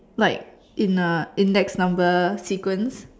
like in a index number sequence